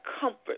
comfort